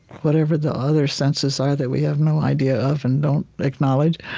whatever the other senses are that we have no idea of and don't acknowledge.